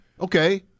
Okay